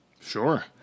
Sure